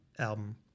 album